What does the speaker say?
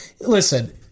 listen